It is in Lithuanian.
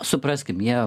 supraskim jie